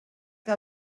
que